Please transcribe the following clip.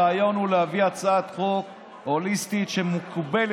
הרעיון הוא להביא הצעת חוק הוליסטית שמקובלת